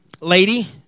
lady